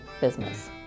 business